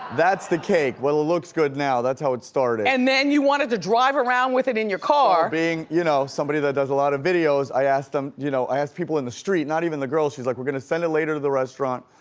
that's the cake. well, it looks good now. that's how it started. and then, you wanted to drive around with it in your car. well, being you know somebody that does a lot of videos, i asked um you know asked people in the street, not even the girls, she's like, we're gonna send it later to the restaurant.